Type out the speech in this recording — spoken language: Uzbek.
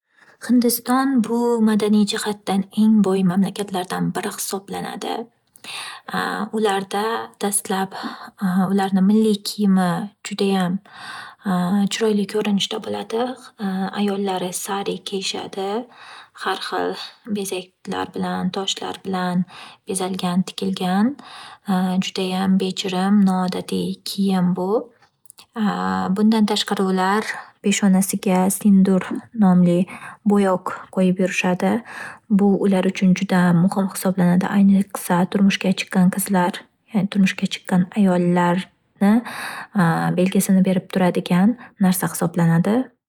Hindinston bu madaniy jihatdan eng boy davlatlardan biri hisoblanadi. Uularda dastlab ularni milliy kiyimi judayam chiroyli ko'rinishda bo’ladi ayollari sari kiyishadi har hil bezaklar bilan toshlar bilan bezalgan, tikilgan judayam bejirim, noodatiy kiyim bu. Bundan tashqari ular peshonasiga sindur nomli bo'yoq qo'yib yurishadi. Bu ular uchun juda muhum hisoblanad,i ayniqsa turmushga qizlar, turmushga chiqqan ayollarni belgisini berib turadigan narsa hisoblanadi.